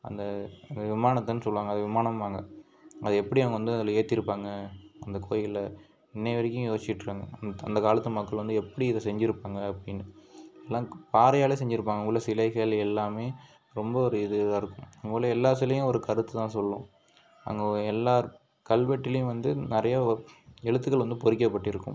அந்த விமானத்தைனு சொல்வாங்க அதை விமானம்பாங்க அது எப்படி அவங்க வந்து அதில் ஏத்தியிருப்பாங்க அந்த கோவில்ல இன்னைய வரைக்கும் யோசிச்சுட்ருக்காங்க அந்த அந்த காலத்து மக்கள் வந்து எப்படி இதை செஞ்சுருப்பாங்க அப்படினு இதுலாம் பாறையாலேயே செஞ்சுருப்பாங்க அங்கே உள்ள சிலைகள் எல்லாம் ரொம்ப ஒரு இதுவாக இருக்கும் அங்கே உள்ள எல்லா சிலையும் ஒரு கருத்துதான் சொல்லும் அங்கே எல்லா கல்வெட்டுலேயும் வந்து நிறைய ஒரு எழுத்துகள் வந்து பொறிக்கப்பட்டிருக்கும்